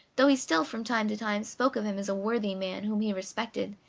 though he still, from time to time, spoke of him as a worthy man whom he respected,